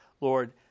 Lord